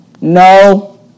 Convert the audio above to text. No